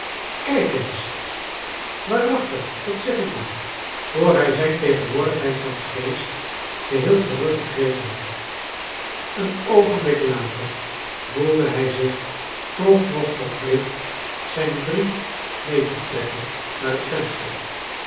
kijk eens waarachlig dat zeg ik u voor hij zijn tegenwoordigheid van geest geheel teruggekregen had een oogenblik later voelcle hij zich toch nog verplicht zijn vriend mee te trekken naar hot venster